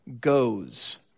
goes